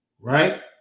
right